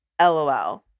LOL